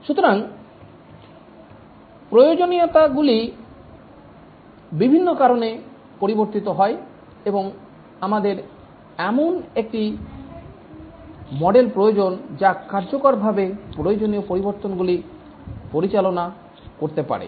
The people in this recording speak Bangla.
সুতরাং প্রয়োজনীয়তাগুলি বিভিন্ন কারণে পরিবর্তিত হয় এবং আমাদের এমন একটি মডেল প্রয়োজন যা কার্যকরভাবে প্রয়োজনীয় পরিবর্তনগুলি পরিচালনা করতে পারে